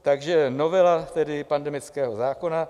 Takže novela tedy pandemického zákona.